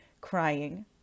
crying